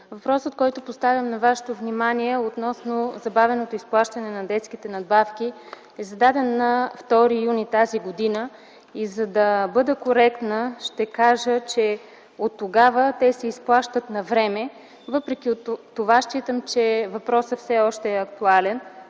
Въпросът, който поставям на Вашето внимание относно забавеното изплащане на детските надбавки, е зададен на 2 юни т.г. За да бъда коректна, ще кажа, че оттогава те се изплащат навреме. Въпреки това считам, че въпросът все още е актуален,